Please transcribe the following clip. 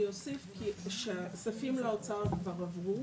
אני אוסיף שהכספים לאוצר כבר עברו.